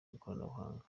n’ikoranabuhanga